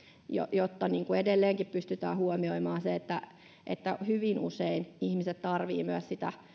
jotta edelleenkin pystytään huomioimaan se että että hyvin usein ihmiset tarvitsevat myös sitä